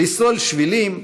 לסלול שבילים,